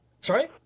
sorry